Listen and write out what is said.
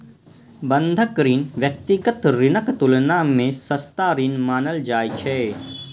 बंधक ऋण व्यक्तिगत ऋणक तुलना मे सस्ता ऋण मानल जाइ छै